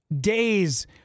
days